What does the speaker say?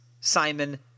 Simon